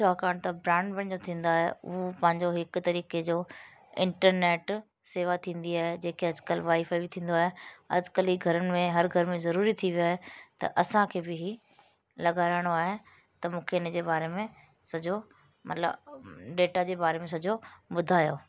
छाकाणि त ब्राडबैंड जो थींदा आहे हू पंहिंजो हिकु तरीक़े जो इंटरनेट सेवा थींदी आहे जेके अॼुकल्ह वाईफाई बि थींदो आहे अॼुकल्ह ए घरनि में हर घर में ज़रूरी थी वियो आहे त असांखे बि लॻाराइणो आहे त मूंखे इन जे बारे में सॼो मतिलबु डेटा जे बारे में सॼो ॿुधायो